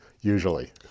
usually